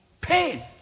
Pain